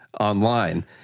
online